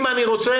אם אני רוצה,